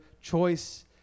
choice